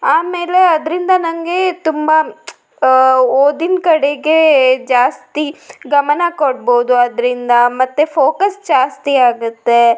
ಆಮೇಲೆ ಅದರಿಂದ ನನಗೆ ತುಂಬ ಓದಿನ ಕಡೆಗೆ ಜಾಸ್ತಿ ಗಮನ ಕೊಡ್ಬೋದು ಅದರಿಂದ ಮತ್ತೆ ಫೋಕಸ್ ಜಾಸ್ತಿ ಆಗುತ್ತೆ